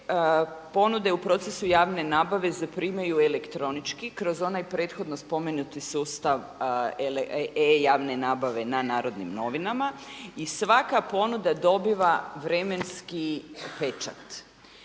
ponude u procesu javne nabave zaprimaju elektronički kroz onaj prethodno spomenuti sustav e-javne nabave na Narodnim novinama i svaka ponuda dobiva vremenski pečat.